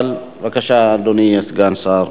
בבקשה, אדוני סגן השר.